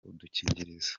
udukingirizo